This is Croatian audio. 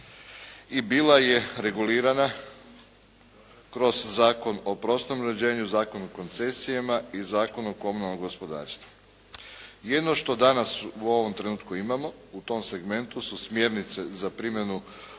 i bila je regulirana kroz Zakon o prostornom uređenju, Zakon o koncesijama i Zakon o komunalnom gospodarstvu. Jedino što danas u ovom trenutku imamo u tom segmentu su smjernice za primjenu